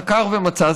חקר ומצא,